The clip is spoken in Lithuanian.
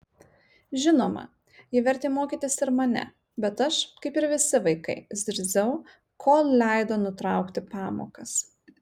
žinoma ji vertė mokytis ir mane bet aš kaip ir visi vaikai zirziau kol leido nutraukti pamokas